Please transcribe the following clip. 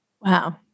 Wow